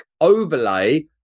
overlay